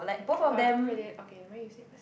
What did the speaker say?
ah I don't really okay never mind you say first